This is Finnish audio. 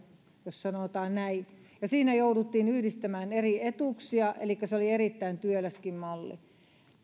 jos sanotaan näin ja siinä jouduttiin yhdistämään eri etuuksia se oli erittäin työläskin malli